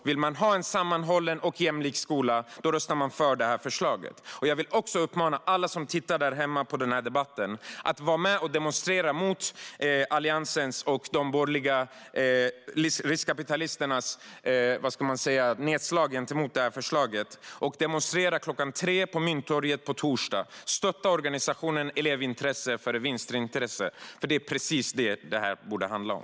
Vill man ha en sammanhållen och jämlik skola röstar man alltså för det här förslaget. Jag vill också uppmana alla som tittar på denna debatt där hemma att på torsdag klockan tre vara med och demonstrera på Mynttorget mot Alliansens och de borgerliga riskkapitalisternas nedslag mot förslaget. Stötta organisationen Elevintresse före vinstintresse, för det är precis vad detta borde handla om.